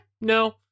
no